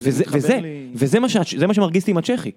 וזה מה שמרגיז אותי עם הצ'כי.